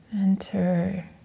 Enter